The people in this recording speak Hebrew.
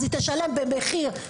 אז היא תשלם במחיר גבוה,